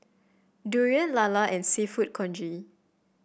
durian lala and seafood congee